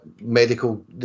medical